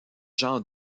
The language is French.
jean